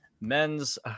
men's